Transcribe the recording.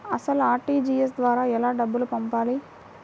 అసలు అర్.టీ.జీ.ఎస్ ద్వారా ఎలా డబ్బులు పంపాలి?